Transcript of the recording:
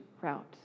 route